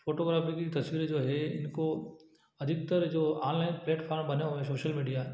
photography की तस्वीरें जो हैं इनको अधिकतर जो आनलाइन प्लेटफार्म बने हुए हैं सोशल मीडिया